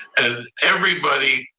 and everybody,